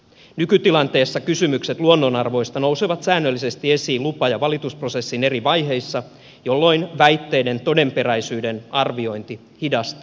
nykytilanteessa kysymykset luonnonarvoista nousevat säännöllisesti esiin lupa ja valitusprosessin eri vaiheissa jolloin väitteiden todenperäisyyden arviointi hidastaa prosessia